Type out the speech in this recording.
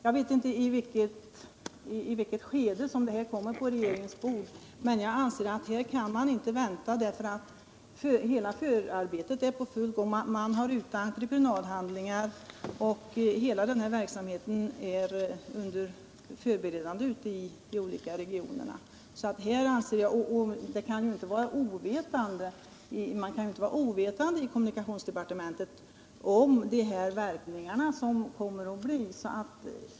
Jag vet inte i vilket skede som det här ärendet kommer på regeringens bord, men jag anser att man här inte kan vänta, eftersom förberedelsearbetet redan är i full gång. Entreprenadhandlingar har skickats ut, och hela verksamheten förbereds nu i de olika regionerna. Man kan heller inte vara ovetande i kommunikationsdepartementet om vilka verkningarna kommer att bli.